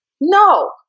No